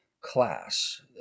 class